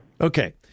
Okay